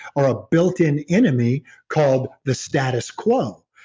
or a built in enemy called the status quo.